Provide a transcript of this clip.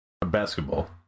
basketball